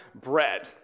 bread